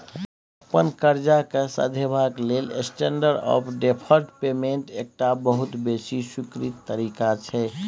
अपन करजा केँ सधेबाक लेल स्टेंडर्ड आँफ डेफर्ड पेमेंट एकटा बहुत बेसी स्वीकृत तरीका छै